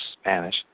Spanish